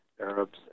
Arabs